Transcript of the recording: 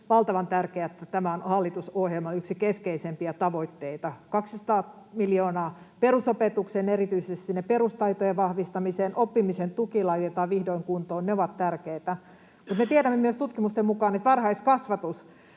tämä on hallitusohjelman yksi keskeisimpiä tavoitteita. 200 miljoonaa perusopetukseen, erityisesti sinne perustaitojen vahvistamiseen, oppimisen tuki laitetaan vihdoin kuntoon, ne ovat tärkeitä. Mutta me tiedämme myös tutkimusten mukaan, että varhaiskasvatus